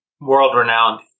world-renowned